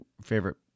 favorite